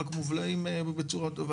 רק מובלעים בצורה טובה.